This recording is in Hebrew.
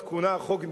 אז כונה החוק,